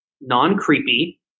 non-creepy